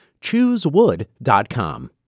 Choosewood.com